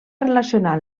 relacionar